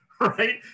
Right